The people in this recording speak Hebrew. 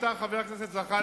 שאם אתה, חבר הכנסת זחאלקה,